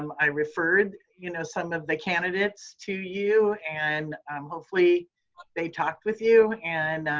um i referred, you know, some of the candidates to you and hopefully they talked with you and